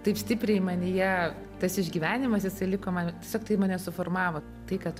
taip stipriai manyje tas išgyvenimas jisai liko man tiesiog tai mane suformavo tai kad